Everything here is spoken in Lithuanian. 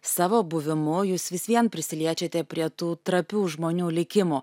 savo buvimu jūs vis vien prisiliečiate prie tų trapių žmonių likimų